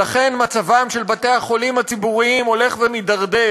ולכן מצבם של בתי-החולים הציבוריים הולך ומידרדר